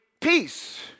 peace